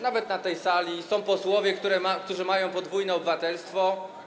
Nawet na tej sali są posłowie, którzy mają podwójne obywatelstwo.